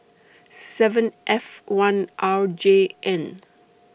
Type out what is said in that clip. seven F one R J N